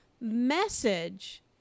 message